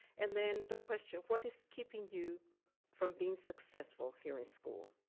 and then, the question, what is keeping you from being successful here in school?